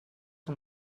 son